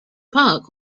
park